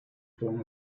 form